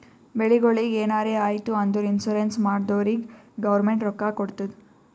ಬೆಳಿಗೊಳಿಗ್ ಎನಾರೇ ಆಯ್ತು ಅಂದುರ್ ಇನ್ಸೂರೆನ್ಸ್ ಮಾಡ್ದೊರಿಗ್ ಗೌರ್ಮೆಂಟ್ ರೊಕ್ಕಾ ಕೊಡ್ತುದ್